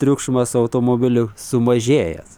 triukšmas automobilių sumažėjęs